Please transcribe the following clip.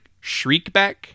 Shriekback